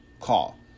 call